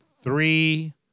three